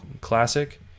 Classic